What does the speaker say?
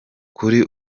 kuri